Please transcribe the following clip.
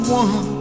one